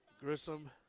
Grissom